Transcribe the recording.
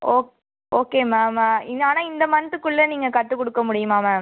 ஓ okay ma'am ஆ ஆனால் இந்த மந்த்துக்குள்ள நீங்கள் கற்று கொடுக்க முடியுமா மேம்